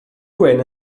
gwyn